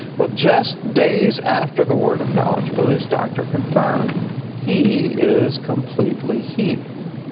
but just days after the word of knowledge, billy's doctor confirmed he is completely healed.